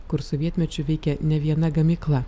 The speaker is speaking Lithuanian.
kur sovietmečiu veikė ne viena gamykla